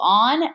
on